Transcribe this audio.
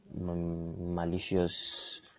malicious